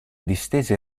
distese